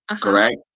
correct